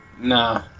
Nah